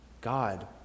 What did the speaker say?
God